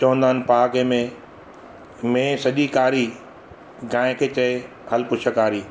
चवंदा आहिनि पहाके में मेंहिं सॼी कारी गांइ खे चए हल पुछ कारी